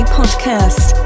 podcast